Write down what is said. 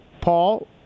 Paul